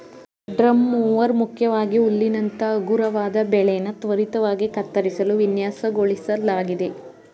drum mower ಮುಖ್ಯವಾಗಿ ಹುಲ್ಲಿನಂತ ಹಗುರವಾದ ಬೆಳೆನ ತ್ವರಿತವಾಗಿ ಕತ್ತರಿಸಲು ವಿನ್ಯಾಸಗೊಳಿಸ್ಲಾಗಿದೆ